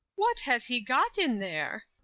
what has he got in there?